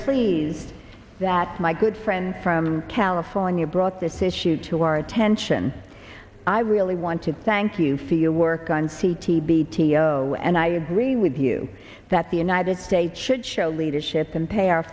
pleased that my good friend from california brought this issue to our attention i really want to thank you feel work on c t b t o and i agree with you that the united states should show leadership and pay our